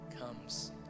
comes